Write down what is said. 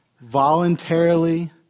voluntarily